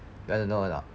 you want to know how or not